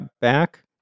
back